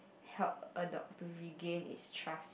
help a dog to regain it's trust